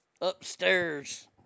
upstairs